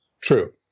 True